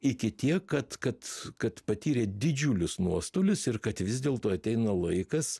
iki tiek kad kad kad patyrė didžiulius nuostolius ir kad vis dėlto ateina laikas